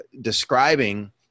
describing